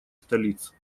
столиц